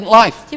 life